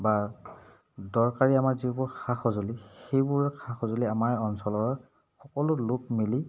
বা দৰকাৰী আমাৰ যিবোৰ সা সঁজুলি সেইবোৰ সা সঁজুলি আমাৰ অঞ্চলৰ সকলো লোক মিলি